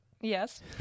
Yes